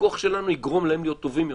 הפיקוח שלנו יגרום להם להיות טובים יותר.